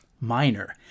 minor